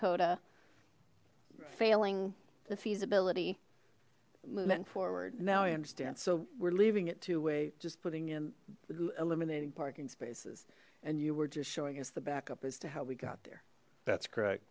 kota failing the feasibility movement forward now i understand so we're leaving it to way just putting in eliminating parking spaces and you were just showing us the backup as to how we got there that's correct